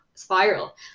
spiral